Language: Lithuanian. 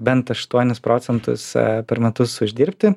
bent aštuonis procentus per metus uždirbti